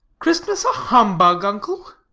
christmas a humbug, uncle!